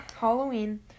Halloween